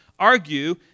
argue